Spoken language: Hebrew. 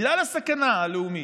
בגלל הסכנה הלאומית,